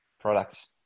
products